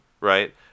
right